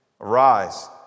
Arise